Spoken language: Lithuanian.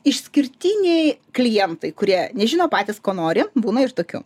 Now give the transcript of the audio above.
išskirtiniai klientai kurie nežino patys ko nori būna ir tokių